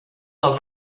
del